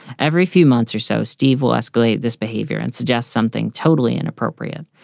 every few months or so. steve will escalate this behavior and suggest something totally inappropriate.